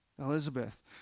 Elizabeth